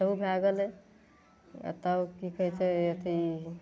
तऽ उ भए गेलय एकटा उ की कहय छै अथी